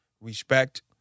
Respect